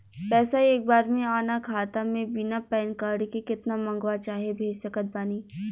पैसा एक बार मे आना खाता मे बिना पैन कार्ड के केतना मँगवा चाहे भेज सकत बानी?